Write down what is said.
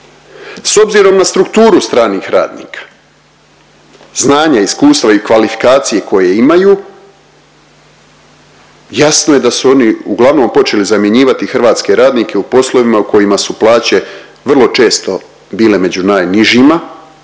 S obzirom na strukturu stranih radnika znanja, iskustva i kvalifikacije koje imaju jasno je da su oni uglavnom počeli zamjenjivati hrvatske radnike u poslovima u kojima su plaće vrlo često bile među najnižima,